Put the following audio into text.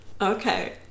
okay